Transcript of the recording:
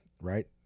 right